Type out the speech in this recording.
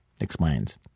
explains